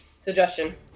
suggestion